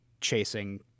chasing